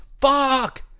fuck